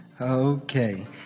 Okay